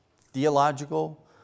theological